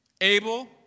Abel